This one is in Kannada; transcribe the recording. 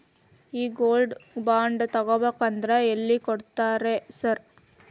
ಈ ಗೋಲ್ಡ್ ಬಾಂಡ್ ತಗಾಬೇಕಂದ್ರ ಎಲ್ಲಿ ಕೊಡ್ತಾರ ರೇ ಸಾರ್?